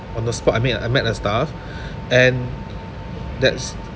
on the spot I mean I met a staff and that s~